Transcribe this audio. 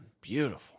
beautiful